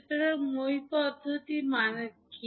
সুতরাং মই পদ্ধতি মানে কি